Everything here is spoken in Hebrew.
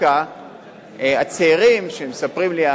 דווקא הצעירים שמספרים לי,